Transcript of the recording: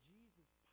Jesus